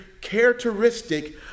characteristic